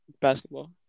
Basketball